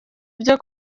byo